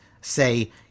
say